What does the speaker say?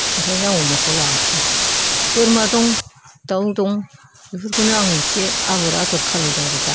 ओंखायनो आं अमाखौ लायाखसै बोरमा दं दाउ दं बेफोरखौनो आं एसे आगर आदर खालायदों आरो दा